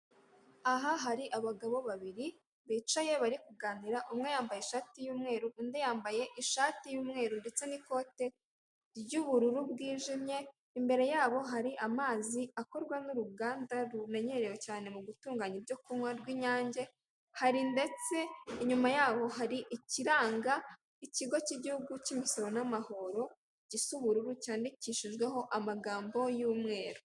Aha hari abagabo babiri bicaye bari kuganira, umwe yambaye ishati y'umweru, undi yambaye ishati y'umweru n'ikote ry'ubururu bwijimye. Imbere yabo hari amazi akorwa n'uruganda rumenyerewe cyane mu gutunganya ibyo kunywa rw'inyange, hari ndetse inyuma yabo hari ikiranga ikigo k'igihugu cy'imisora n'amahoro, gisa ubururu cyandikishijweho amagambo y'umweru.